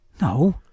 No